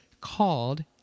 called